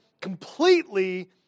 completely